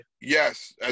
Yes